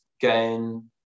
gain